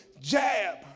jab